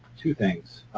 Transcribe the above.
two things.